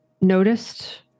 noticed